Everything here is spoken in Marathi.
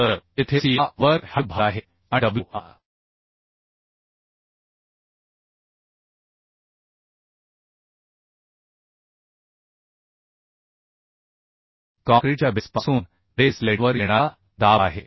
तर जेथे c हा ओव्हर हँड भाग आहे आणि W हा काँक्रीटच्याबेस पासून बेस प्लेटवर येणारा दाब आहे